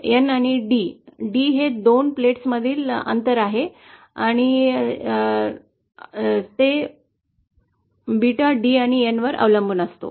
हे N आणि D D हे दोन प्लेट्समधील अंतर आहे या वर अवलंबून असते